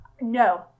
No